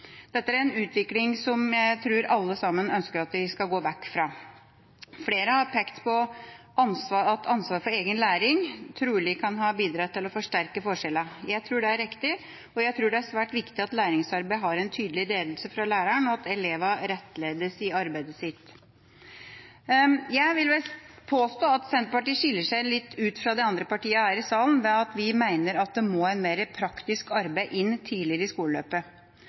Dette er en utvikling som jeg tror vi alle sammen ønsker å gå vekk fra. Flere har pekt på at ansvaret for egen læring trolig kan ha bidratt til å forsterke forskjellene. Jeg tror det er riktig, og jeg tror det er svært viktig at læringsarbeid har en tydelig ledelse fra læreren, og at elevene rettledes i arbeidet sitt. Jeg vil vel påstå at Senterpartiet skiller seg litt ut fra de andre partiene her i salen ved at vi mener at det må mer praktisk arbeid inn tidligere i skoleløpet.